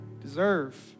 deserve